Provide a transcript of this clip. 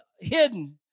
hidden